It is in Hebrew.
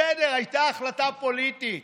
בסדר, הייתה החלטה פוליטית.